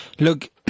Look